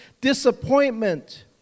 disappointment